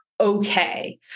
okay